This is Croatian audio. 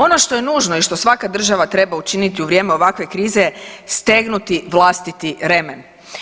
Ono što je nužno i što svaka država treba učiniti u vrijeme ovakve krize je stegnuti vlastiti remen.